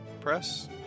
press